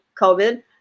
COVID